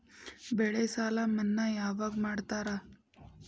ಬೆಳೆ ಸಾಲ ಮನ್ನಾ ಯಾವಾಗ್ ಮಾಡ್ತಾರಾ?